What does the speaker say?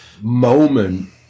moment